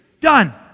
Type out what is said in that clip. done